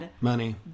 Money